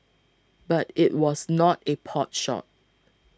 but it was not a potshot